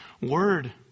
Word